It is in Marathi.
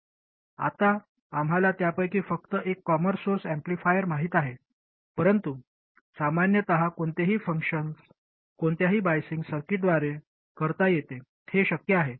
आत्ता आम्हाला त्यापैकी फक्त एक कॉमन सोर्स ऍम्प्लिफायर माहित आहे परंतु सामान्यत कोणतेही फंक्शन्स कोणत्याही बायझींग सर्किटद्वारे करता येते हे शक्य आहे